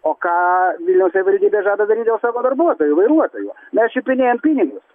o ką vilniaus savivaldybė žada daryt dėl savo darbuotojų vairuotojų mes čiupinėjam pinigus